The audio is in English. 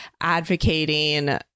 advocating